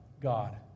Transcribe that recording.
God